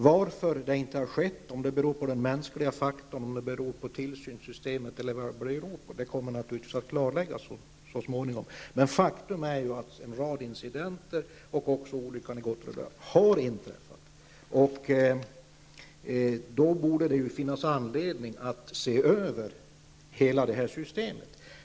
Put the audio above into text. Om detta beror på den mänskliga faktorn, tillsynssystemet eller något annat kommer naturligtvis att klarläggas så småningom. Men faktum är att en rad incidenter och nu senast olyckan i Gottröra har inträffat. Det borde därmed finnas anledning att se över hela systemet.